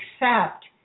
accept